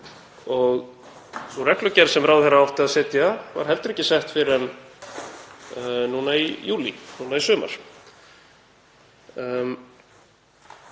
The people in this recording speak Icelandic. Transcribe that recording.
og sú reglugerð sem ráðherra átti að setja var heldur ekki sett fyrr en í júlí núna í sumar.